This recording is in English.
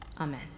Amen